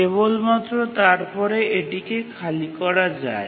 কেবলমাত্র তারপরে এটিকে খালি করা যায়